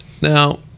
Now